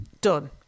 Done